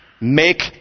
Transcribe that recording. Make